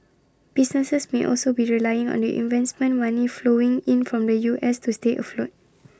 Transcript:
businesses may also be relying on the investment money flowing in from the U S to stay afloat